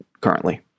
currently